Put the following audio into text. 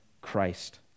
Christ